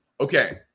Okay